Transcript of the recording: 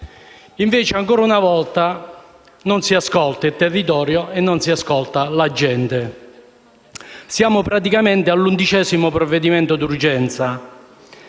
Invece, ancora una volta, non si ascolta il territorio e non si ascolta la gente. Siamo praticamente all'undicesimo provvedimento d'urgenza: